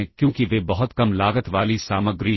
तो असेंबली भाषा प्रोग्राम में